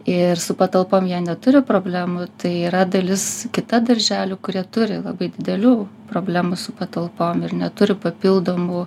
ir su patalpom jie neturi problemų tai yra dalis kita darželių kurie turi labai didelių problemų su patalpom ir neturi papildomų